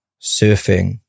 Surfing